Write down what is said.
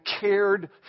cared